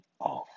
off